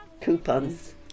coupons